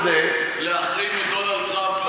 להחרים את דונלד טראמפ,